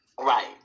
Right